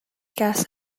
gas